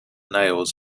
nails